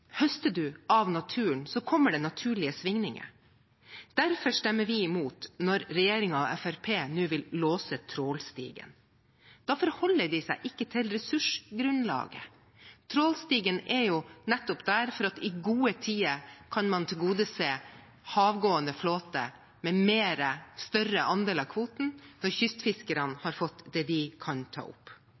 Høster du av naturen, kommer det naturlige svingninger. Derfor stemmer vi imot når regjeringen og Fremskrittspartiet nå vil låse trålstigen. Da forholder de seg ikke til ressursgrunnlaget. Trålstigen er jo nettopp der for at man i gode tider kan tilgodese den havgående flåten med en større andel av kvoten når kystfiskerne har fått det de kan ta opp.